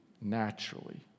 naturally